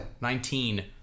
Nineteen